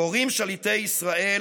קוראים שליטי ישראל,